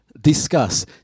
Discuss